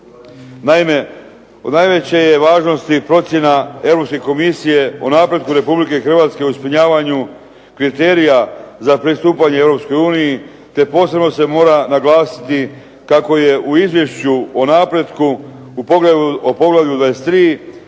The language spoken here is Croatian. Naime, od najveće je važnosti i procjena Europske komisije o napretku Republike Hrvatske o ispunjavanju kriterija za pristupanje Europskoj uniji, te posebno se mora naglasiti kako je u izvješću o napretku o poglavlju 23.